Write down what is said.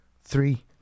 three